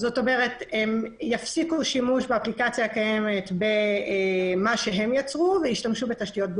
זאת אומרת שהן תפסקנה שימוש באפליקציה שהן יצרו ותעבורנה